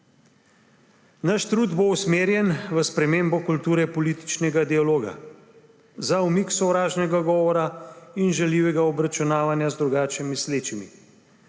Naš trud bo usmerjen v spremembo kulture političnega dialoga za umik sovražnega govora in žaljivega obračunavanja z drugače mislečimi.